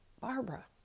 Barbara